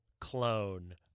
clone